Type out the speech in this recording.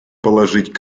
положить